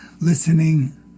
listening